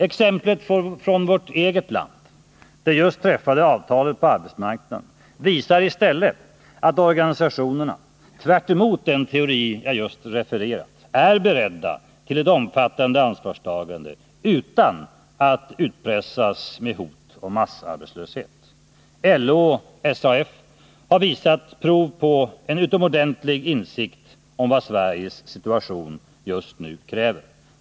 Exemplet från vårt eget land, nämligen det just träffade avtalet på arbetsmarknaden, visar i stället att organisationerna — tvärtemot den teori jag just refererat — är beredda till ett omfattande ansvarstagande utan att utpressas med hot om massarbetslöshet. LO och SAF har visat prov på en utomordentlig insikt om vad Sveriges situation just nu kräver.